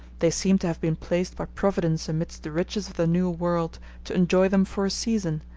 they seem to have been placed by providence amidst the riches of the new world to enjoy them for a season,